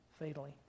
fatally